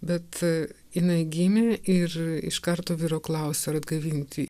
bet jinai gimė ir iš karto vyro klausiu ar atgaivinti